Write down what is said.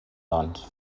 doncs